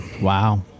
Wow